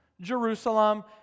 Jerusalem